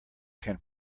can